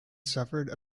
suffered